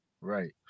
right